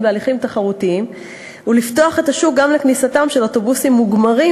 בהליכים תחרותיים ולפתוח את השוק גם לכניסתם של אוטובוסים מוגמרים,